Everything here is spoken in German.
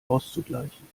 auszugleichen